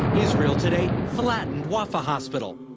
israel today flattened wafa hospital.